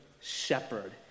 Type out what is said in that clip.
shepherd